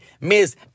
Miss